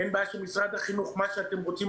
אין בעיה שמשרד החינוך מה שאתם רוצים.